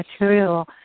material